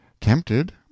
tempted